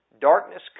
Darkness